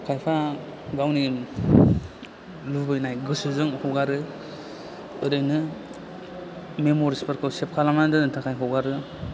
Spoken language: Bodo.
खायफा गावनि लुबैनाय गोसोजों हगारो ओरैनो मेमरिसफोरखौ सेफ खालामना दोन्नो थाखाय हगारो